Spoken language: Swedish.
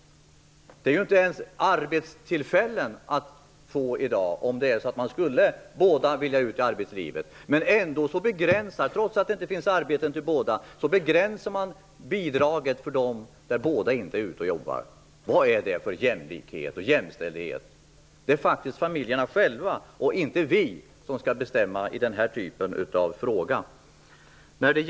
Det finns ju inte ens arbetstillfällen att få i dag, om båda makarna skulle vilja ut i arbetslivet. Trots detta begränsas bidraget för de familjer där båda makarna inte är ute och jobbar! Vad är det för jämlikhet och jämställdhet? Det är faktiskt familjerna själva, och inte vi politiker, som skall bestämma i den här typen av frågor.